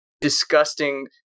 disgusting